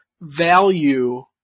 value